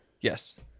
Yes